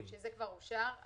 זה יהיה דבר שאסור שיקרה.